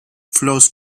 flows